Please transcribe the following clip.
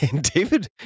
David